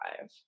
five